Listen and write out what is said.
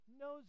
knows